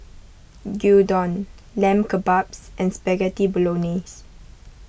Gyudon Lamb Kebabs and Spaghetti Bolognese